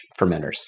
fermenters